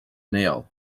nail